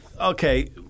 okay